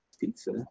pizza